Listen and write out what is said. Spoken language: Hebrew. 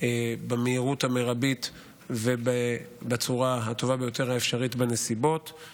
במהירות המרבית ובצורה הטובה ביותר האפשרית בנסיבות אלה.